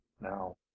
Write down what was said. now